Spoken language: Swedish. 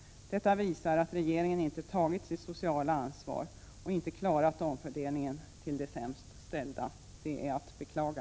Detta visar att regeringen inte tagit sitt sociala ansvar och inte klarat omfördelningen till de sämst ställda. Det är att beklaga.